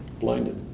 blinded